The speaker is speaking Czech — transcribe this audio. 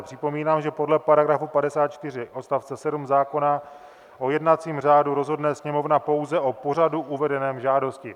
Připomínám, že podle § 54 odst. 7 zákona o jednacím řádu rozhodne sněmovna pouze o pořadu uvedeném v žádosti.